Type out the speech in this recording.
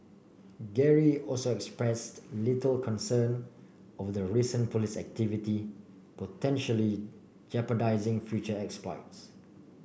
Gary also expressed little concern over the recent police activity potentially jeopardising future exploits